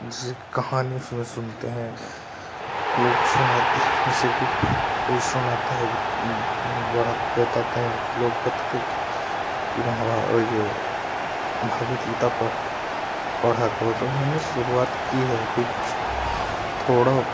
जैसे कि कहानी उसमें सुनते है लोग सुनाते है जैसे कि कोई सुनाता है बड़ा बताते हैं लोग बताते हैं कि वहाँ ये भगवद गीता पढ़ पढ़ा करो तो मैंने शुरुआत की है थोड़ा